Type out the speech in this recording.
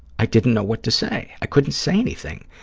i didn't know what to say. i couldn't say anything.